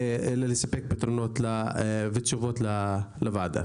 ולספק פתרונות ותשובות לוועדה.